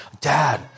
Dad